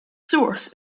source